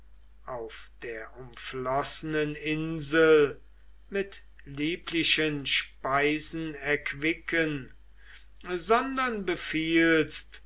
auf der umflossenen insel mit lieblichen speisen erquicken sondern befiehlst daß